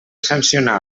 sancionar